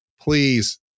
please